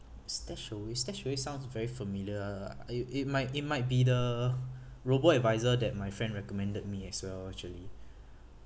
statuary statuary sounds very familiar uh you it might it might be the robo-advisor that my friend recommended me as well actually